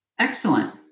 excellent